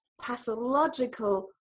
pathological